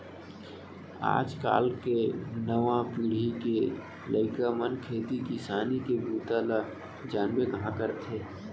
आज काल के नवा पीढ़ी के लइका मन खेती किसानी के बूता ल जानबे कहॉं करथे